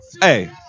Hey